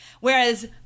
Whereas